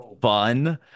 fun